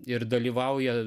ir dalyvauja